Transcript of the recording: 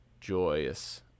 joyous